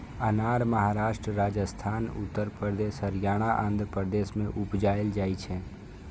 अनार महाराष्ट्र, राजस्थान, उत्तर प्रदेश, हरियाणा, आंध्र प्रदेश मे उपजाएल जाइ छै